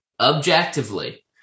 objectively